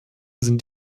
sind